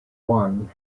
one